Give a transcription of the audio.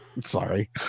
sorry